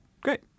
Great